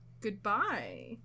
goodbye